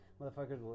motherfuckers